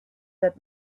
that